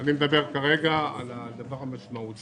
אני מדבר כרגע על הדבר המשמעותי,